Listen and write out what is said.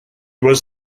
was